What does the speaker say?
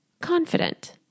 confident